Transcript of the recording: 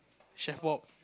chef wok